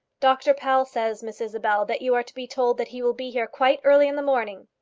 dr powell says, miss isabel, that you are to be told that he will be here quite early in the morning.